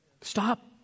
Stop